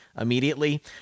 immediately